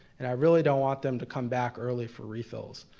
and i really don't want them to come back early for refills.